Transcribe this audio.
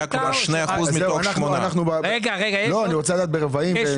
אני רוצה לדעת ברבעים.